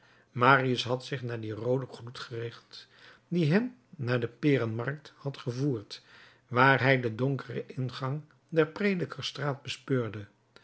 marius had zich naar dien rooden gloed gericht die hem naar de perenmarkt had gevoerd waar hij den donkeren ingang der predikerstraat bespeurde